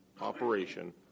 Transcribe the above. operation